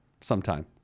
sometime